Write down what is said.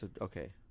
Okay